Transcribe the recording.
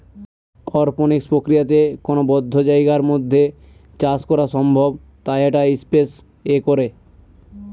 অরপনিক্স প্রক্রিয়াতে কোনো বদ্ধ জায়গার মধ্যে চাষ করা সম্ভব তাই এটা স্পেস এ করে